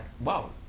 wow